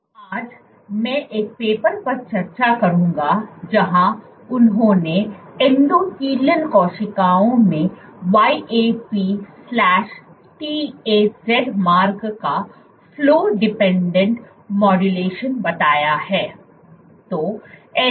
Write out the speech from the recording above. आज मैं एक पेपर पर चर्चा करूँगा जहाँ उन्होंने एंडोथेलियल कोशिकाओं में YAP TAZ मार्ग का फ्लो डिपेंडेंट मॉड्यूलेशन बताया है